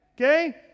Okay